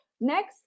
Next